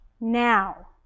Now